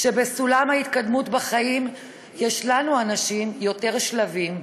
שבסולם ההתקדמות בחיים יש לנו, הנשים, יותר שלבים,